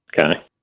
Okay